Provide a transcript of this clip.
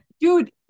Dude